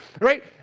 Right